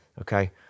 Okay